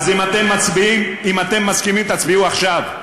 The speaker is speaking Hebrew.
אז אם אתם מסכימים, תצביעו עכשיו,